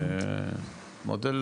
זה מודל